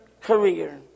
career